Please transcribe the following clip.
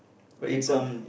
where you got